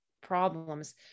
problems